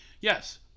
Yes